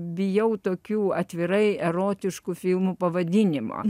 bijau tokių atvirai erotiškų filmų pavadinimo